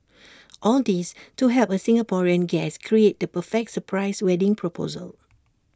all this to help A Singaporean guest create the perfect surprise wedding proposal